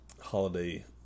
holiday